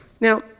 Now